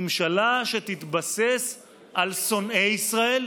ממשלה שתתבסס על שונאי ישראל